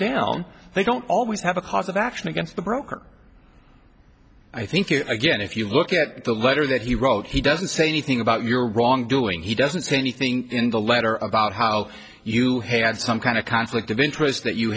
down they don't always have a cause of action against the broker i think it again if you look at the letter that he wrote he doesn't say anything about your wrongdoing he doesn't say anything in the letter about how you had some kind of conflict of interest that you